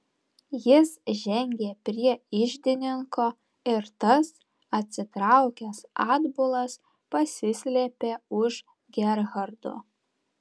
jis žengė prie iždininko ir tas atsitraukęs atbulas pasislėpė už gerhardo